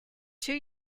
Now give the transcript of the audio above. two